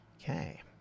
Okay